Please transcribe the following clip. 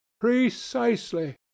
Precisely